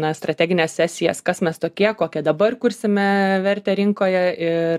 na strategines sesijas kas mes tokie kokie dabar kursime vertę rinkoje ir